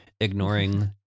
ignoring